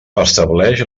estableix